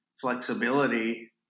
flexibility